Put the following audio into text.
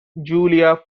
julia